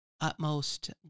utmost